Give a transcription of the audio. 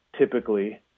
typically